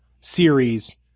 series